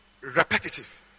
Repetitive